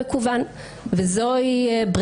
היום הוא בכלל מקוון.